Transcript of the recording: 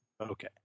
Okay